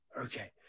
okay